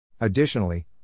Additionally